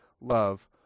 love